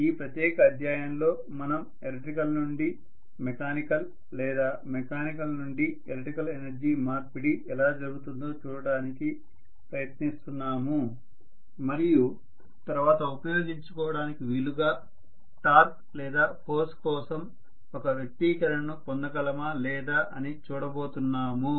ఈ ప్రత్యేక అధ్యాయంలో మనం ఎలక్ట్రికల్ నుండి మెకానికల్ లేదా మెకానికల్ నుండి ఎలక్ట్రికల్ ఎనర్జీ మార్పిడి ఎలా జరుగుతుందో చూడటానికి ప్రయత్నిస్తున్నాము మరియు తరువాత ఉపయోగించుకోవడానికి వీలుగా టార్క్ లేదా ఫోర్స్ కోసం ఒక వ్యక్తీకరణను పొందగలమా లేదా అని చూడబోతున్నాము